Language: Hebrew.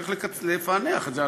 צריך לפענח את זה,